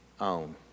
own